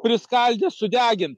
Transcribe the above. priskaldė sudegint